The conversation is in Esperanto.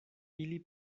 ili